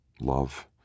Love